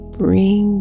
bring